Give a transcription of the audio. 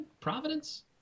Providence